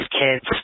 kids